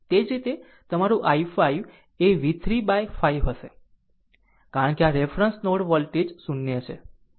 તે જ રીતે તમારું i5 એ v 3 by 5 હશે કારણ કે આ રેફરન્સ નોડ વોલ્ટેજ 0 છે i5 એ vv 3 by 5 હશે